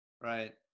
right